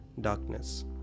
darkness